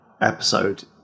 episode